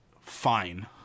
fine